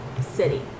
city